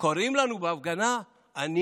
קוראים לנו בהפגנה אני